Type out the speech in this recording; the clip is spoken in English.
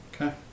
Okay